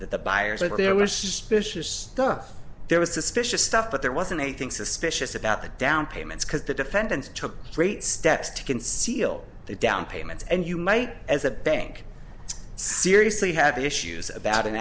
that the buyers are there were suspicious stuff there was suspicious stuff but there wasn't anything suspicious about the down payments because the defendants took great steps to conceal the down payment and you might as a bank seriously have issues about an